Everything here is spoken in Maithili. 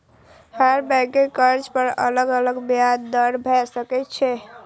हर बैंकक कर्ज पर अलग अलग ब्याज दर भए सकै छै